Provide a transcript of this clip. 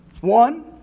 One